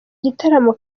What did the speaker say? gitaramo